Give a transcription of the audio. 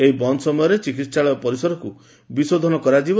ଏହି ବନ୍ଦ ସମୟରେ ଚିକିହାଳୟ ପରିସରକୁ ବିଶୋଧନ କରାଯିବ